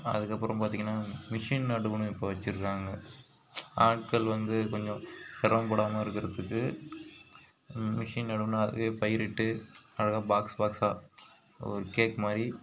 அதுக்கப்புறம் பார்த்தீங்கனா மிஷின் நடுவுன்னு இப்போ வச்சிருக்காங்க ஆட்கள் வந்து கொஞ்சம் சிரமப்படாம இருக்கிறதுக்கு மிஷின் நடுவுன்னு அதுவே பயிரிட்டு அழகாக பாக்ஸ் பாக்ஸாக ஒரு கேக் மாதிரி